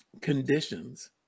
conditions